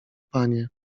panie